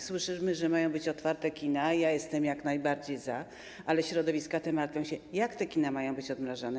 Słyszymy, że mają być otwarte kina, jestem jak najbardziej za, ale środowiska te martwią się, jak te kina mają być odmrażane.